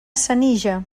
senija